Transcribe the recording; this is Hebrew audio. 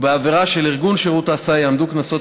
ובעבירה של ארגון שירותי הסעה יעמדו קנסות